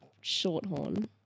Shorthorn